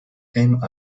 came